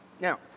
Now